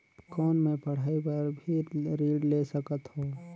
कौन मै पढ़ाई बर भी ऋण ले सकत हो?